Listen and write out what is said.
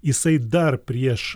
jisai dar prieš